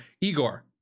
Igor